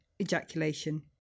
ejaculation